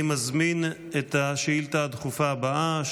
אני מזמין את השאילתה הדחופה הבאה,